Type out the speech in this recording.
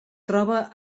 troba